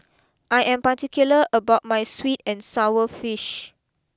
I am particular about my sweet and Sour Fish